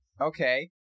okay